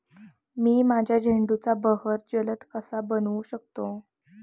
मी माझ्या झेंडूचा बहर जलद कसा बनवू शकतो?